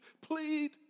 plead